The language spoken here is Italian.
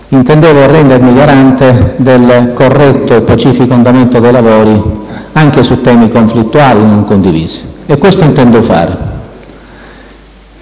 intendevo rendermi garante del corretto e pacifico andamento dei lavori anche su temi conflittuali e non condivisi, e questo intendo fare.